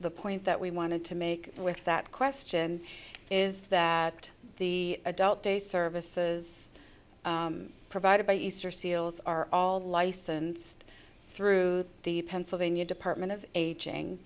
the point that we wanted to make with that question is that the adult day services provided by easter seals are all licensed through the pennsylvania department of aging